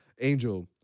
Angel